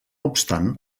obstant